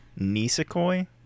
Nisekoi